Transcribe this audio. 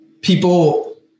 people